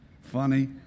Funny